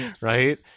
right